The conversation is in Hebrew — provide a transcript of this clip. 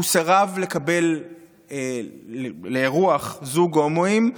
הוא סירב לקבל לאירוח זוג הומואים.